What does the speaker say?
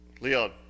Leon